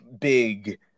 big